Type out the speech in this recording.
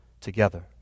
together